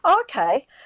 Okay